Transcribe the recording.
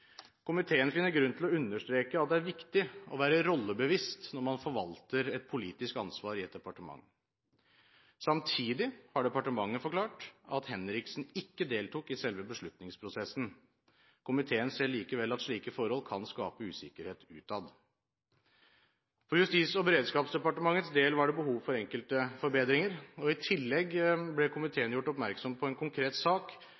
Komiteen finner grunn til å understreke at det er viktig å være rollebevisst når man forvalter et politisk ansvar i et departement. Samtidig har departementet forklart at Henriksen ikke deltok i selve beslutningsprosessen. Komiteen ser likevel at slike forhold kan skape usikkerhet utad. For Justis- og beredskapsdepartementets del var det behov for enkelte forbedringer, og i tillegg ble komiteen gjort oppmerksom på en konkret sak